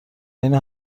اینو